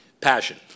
passion